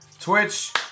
Twitch